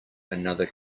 another